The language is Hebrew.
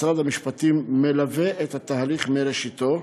משרד המשפטים מלווה את התהליך מראשיתו,